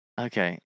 Okay